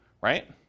right